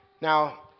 Now